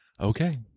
Okay